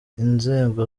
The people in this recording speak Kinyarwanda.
inzego